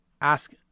ask